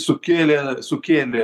sukėlė sukėlė